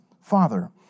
father